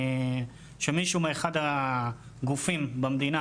שמישהו אחד הגופים במדינה,